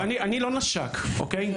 תקשיב, אני לא נשק, אוקיי?